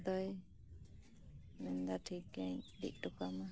ᱟᱫᱚᱭ ᱢᱮᱱ ᱮᱫᱟ ᱴᱷᱤᱠ ᱜᱮᱭᱟ ᱤᱫᱤ ᱦᱚᱴᱚᱠᱟᱢᱟ